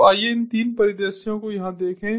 तो आइए इन तीन परिदृश्यों को यहां देखें